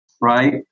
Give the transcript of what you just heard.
Right